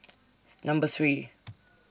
Number three